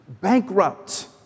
bankrupt